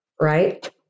right